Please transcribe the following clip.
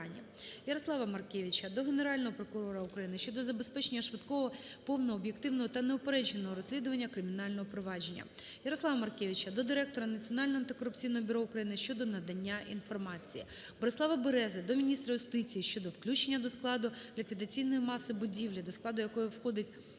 Ярослава Маркевича до Генерального прокурора України щодо забезпечення швидкого, повного, об’єктивного та неупередженого розслідування кримінального провадження. Ярослава Маркевича до директора Національного антикорупційного бюро України щодо надання інформації. Борислава Берези до міністра юстиції щодо включення до складу ліквідаційної маси будівлі, до складу якої входить захисна